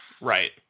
Right